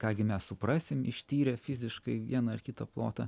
ką gi mes suprasim ištyrę fiziškai vieną ar kitą plotą